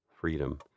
freedom